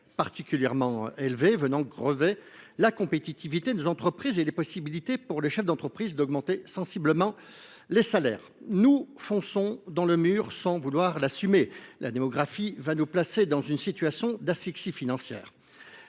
salaires, ce qui grève la compétitivité de nos entreprises et empêche les chefs d’entreprise d’augmenter sensiblement les salaires. Nous fonçons dans le mur sans vouloir l’assumer ! La démographie va nous placer dans une situation d’asphyxie financière.